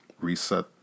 reset